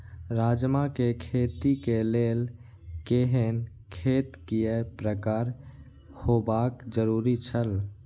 राजमा के खेती के लेल केहेन खेत केय प्रकार होबाक जरुरी छल?